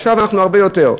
עכשיו, הרבה יותר.